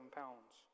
pounds